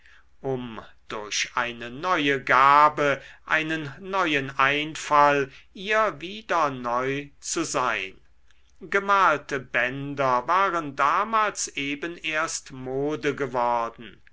um durch eine neue gabe einen neuen einfall ihr wieder neu zu sein gemalte bänder waren damals eben erst mode geworden